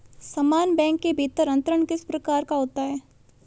समान बैंक के भीतर अंतरण किस प्रकार का होता है?